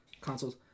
consoles